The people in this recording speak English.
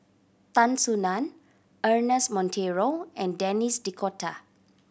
Tan Soo Nan Ernest Monteiro and Denis D'Cotta